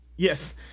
Yes